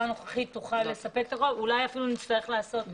הנוכחית תוכל לספק תשובה ואולי נצטרך לקיים עוד דיונים.